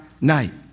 night